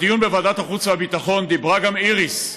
בדיון בוועדת החוץ והביטחון דיברה גם איריס,